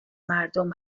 مردم